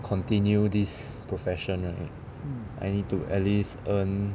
continue this profession right I need to at least earn